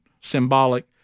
symbolic